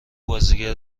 بازیگر